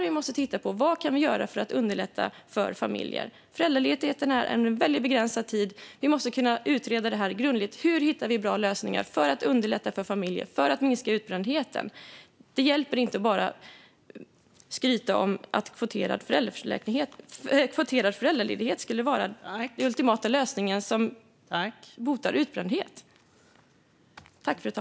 Vi måste titta på vad vi kan göra för att underlätta för familjer när de är i den situationen. Föräldraledigheten gäller under en begränsad tid. Vi måste kunna utreda grundligt hur vi ska hitta bra lösningar för att underlätta för familjer och för att minska utbrändheten. Det hjälper inte att bara skryta om att kvoterad föräldraledighet skulle vara den ultimata lösningen för att bota utbrändhet.